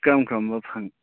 ꯀꯔꯝ ꯀꯔꯝꯕ